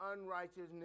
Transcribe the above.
unrighteousness